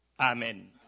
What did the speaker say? Amen